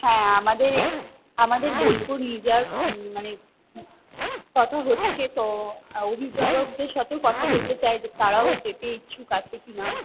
হ্যাঁ আমাদের আমাদের বোলপুর নিয়ে যাওয়ার মানে কথা হচ্ছে তো অভিভাবকদের সাথেও কথা বলতে চাই যে তারাও যেতে ইচ্ছুক আছে কি না